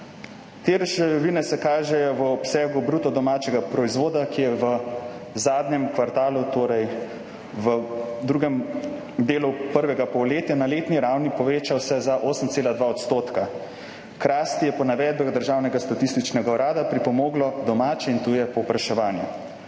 Te ruševine se kažejo v obsegu bruto domačega proizvoda, ki je v zadnjem kvartalu, torej v drugem delu prvega polletja se je na letni ravni povečal za 8,2 %. K rasti je po navedbah državnega statističnega urada pripomoglo domače in tuje povpraševanje.